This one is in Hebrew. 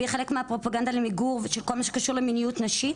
והיא חלק מהפרופגנדה למיגור של כל מה שקשור למיניות נשית,